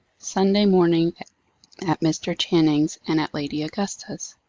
sunday morning at mr. channing's, and at lady augusta's.